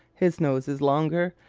his nose is longer,